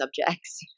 subjects